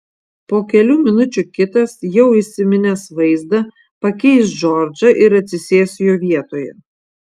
po kelių minučių kitas jau įsiminęs vaizdą pakeis džordžą ir atsisės jo vietoje